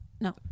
No